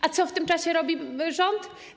A co w tym czasie robi rząd?